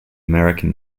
american